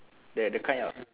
the the kind of